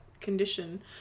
condition